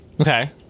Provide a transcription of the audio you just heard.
Okay